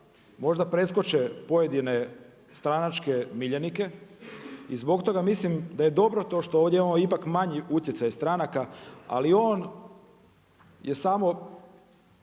možda preskoče pojedine stranačke miljenike. I zbog toga mislim da je dobro to što ovdje imamo ipak manji utjecaj stranaka ali on je samo